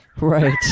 Right